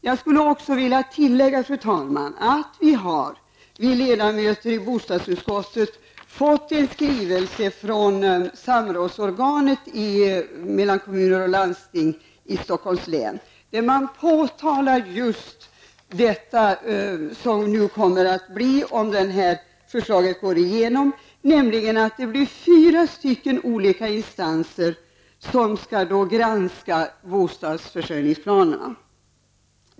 Jag vill även tillägga, fru talman, att vi ledamöter i bostadsutskottet har fått en skrivelse från samrådsorganet för kommuner och landsting i Stockholms län, där man just påtalar vad som kommer att bli följden om förslaget går igenom, nämligen att fyra olika instanser skall granska bostadsförsörjningsplanerna.